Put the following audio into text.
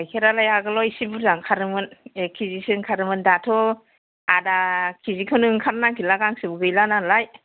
गाइखेरालाय आगोलाव एसे बुरजा ओंखारोमोन एक केजि सो ओंखारोमोन दाथ' आधा केजि खौनो ओंखारनो नागिरला गांसोबो गैला नालाय